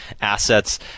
assets